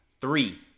Three